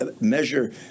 measure